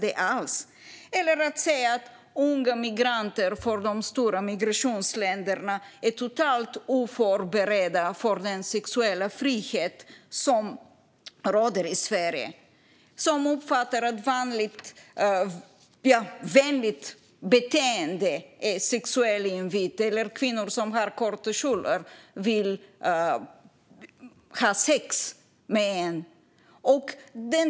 Det kan inte heller vara kontroversiellt att säga att unga migranter från de stora migrationsländerna är totalt oförberedda när det gäller den sexuella frihet som råder i Sverige och som uppfattar att vanligt vänligt beteende är en sexuell invit eller att kvinnor som har korta kjolar vill ha sex med en.